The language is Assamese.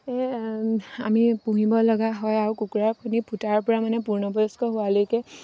আমি পুহিব লগা হয় আৰু কুকুৰাৰ কণী ফুটাৰ পৰা মানে পূৰ্ণবয়স্ক হোৱালৈকে